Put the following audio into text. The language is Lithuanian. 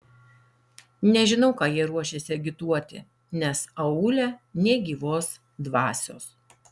nežinau ką jie ruošiasi agituoti nes aūle nė gyvos dvasios